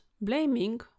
blaming